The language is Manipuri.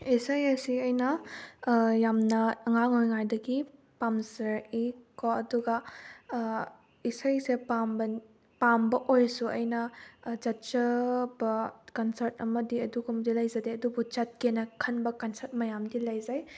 ꯏꯁꯩ ꯑꯁꯤ ꯑꯩꯅ ꯌꯥꯝꯅ ꯑꯉꯥꯡ ꯑꯣꯏꯔꯤꯉꯩꯗꯒꯤ ꯄꯥꯝꯖꯔꯛꯏ ꯀꯣ ꯑꯗꯨꯒ ꯏꯁꯩꯁꯦ ꯄꯥꯝꯕ ꯑꯣꯏꯔꯁꯨ ꯑꯩꯅ ꯆꯠꯆꯕ ꯀꯟꯁ꯭ꯔꯠ ꯑꯃꯗꯤ ꯑꯗꯨꯒꯨꯝꯕꯗꯤ ꯂꯩꯖꯗꯦ ꯑꯗꯨꯕꯨ ꯆꯠꯀꯦꯅ ꯈꯟꯕ ꯀꯟꯁ꯭ꯔꯠ ꯃꯌꯥꯝꯗꯤ ꯂꯩꯖꯩ